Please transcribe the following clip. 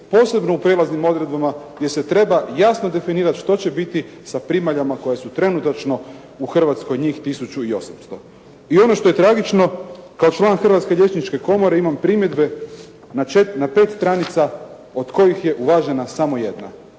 posebno u prijelaznim odredbama gdje se treba jasno definirati što će biti sa primaljama koje su trenutačno u Hrvatskoj, njih 1800. I ono što je tragično, kao član Hrvatske liječničke komore imam primjedbe na pet stranica od kojih je uvažena samo jedna.